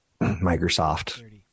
Microsoft